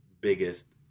biggest